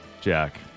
Jack